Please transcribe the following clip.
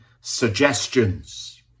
suggestions